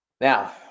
Now